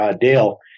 Dale